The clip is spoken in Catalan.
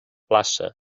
plaça